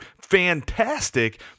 fantastic